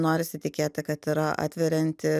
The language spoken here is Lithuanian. norisi tikėti kad yra atverianti